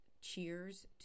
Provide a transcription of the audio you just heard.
cheers